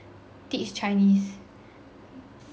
teach chinese